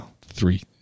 three